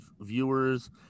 viewers